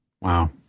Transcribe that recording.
Wow